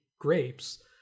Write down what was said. grapes